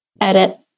edit